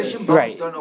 right